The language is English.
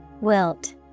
Wilt